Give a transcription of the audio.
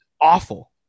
awful